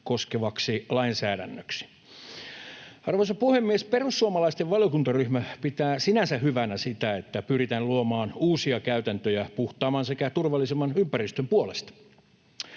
koskevaksi lainsäädännöksi. Arvoisa puhemies! Perussuomalaisten valiokuntaryhmä pitää sinänsä hyvänä sitä, että pyritään luomaan uusia käytäntöjä puhtaamman sekä turvallisemman ympäristön puolesta.